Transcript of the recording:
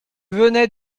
venais